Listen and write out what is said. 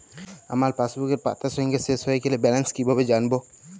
আমার পাসবুকের পাতা সংখ্যা শেষ হয়ে গেলে ব্যালেন্স কীভাবে জানব?